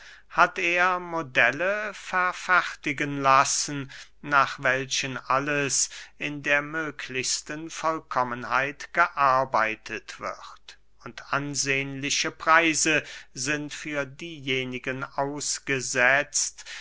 hat er modelle verfertigen lassen nach welchen alles in der möglichsten vollkommenheit gearbeitet wird und ansehnliche preise sind für diejenigen ausgesetzt